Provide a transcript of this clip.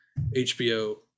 hbo